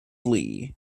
lee